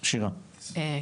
כן.